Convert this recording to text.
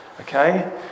Okay